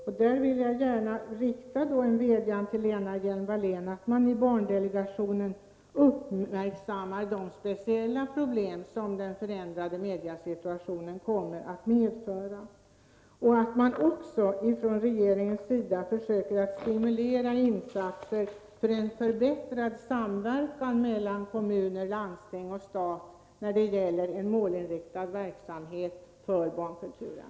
Jag vill gärna rikta en vädjan till Lena Hjelm-Wallén — att man i barndelegationen uppmärksammar de speciella problem som den förändrade mediesituationen kommer att medföra och att man också från regeringens sida försöker stimulera insatser för en förbättrad samverkan mellan kommuner, landsting och stat när det gäller en målinriktad verksamhet för barnkulturen.